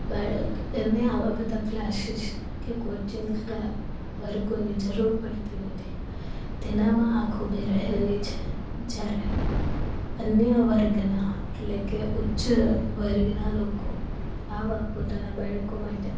બાળક એને આવા બધા ક્લાસીસ કે કોચિંગ વર્ગોની જરૂર પડતી નથી તેનામાં આ ખૂબી રહેલી છે જ્યારે અન્ય વર્ગના એટલે કે ઉચ્ચ વર્ગના લોકો આવા પોતાના બાળકો માટે